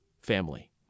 family